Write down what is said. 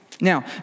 Now